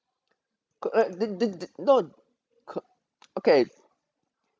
correct then then then no c~ okay